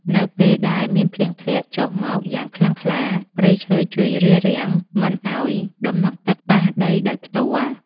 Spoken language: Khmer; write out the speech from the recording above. នៅពេលដែលមានភ្លៀងធ្លាក់ចុះមកយ៉ាងខ្លាំងខ្លា ព្រៃឈើជួយរារាំងមិនឱ្យដំណក់ទឹកប៉ះដីដោយផ្ទាល់។